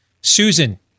susan